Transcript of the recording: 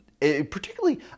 Particularly